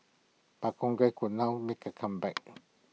but congress could now make A comeback